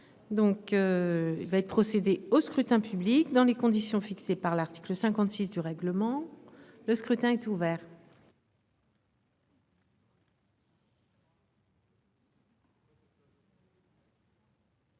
Il va être procédé au scrutin dans les conditions fixées par l'article 56 du règlement. Le scrutin est ouvert.